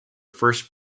first